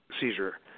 seizure